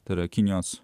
tarp kinijos